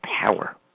power